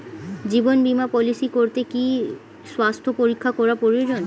জীবন বীমা পলিসি করতে কি স্বাস্থ্য পরীক্ষা করা প্রয়োজন?